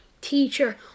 teacher